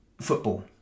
football